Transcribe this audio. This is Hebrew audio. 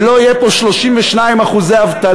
ולא יהיה פה 32% אבטלה,